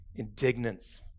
indignance